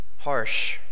harsh